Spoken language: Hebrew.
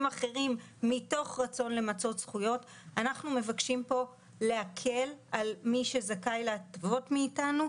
אחרים מתוך רצון למצות זכויות להקל על מי שזכאי להטבות מאתנו,